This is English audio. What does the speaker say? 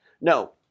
No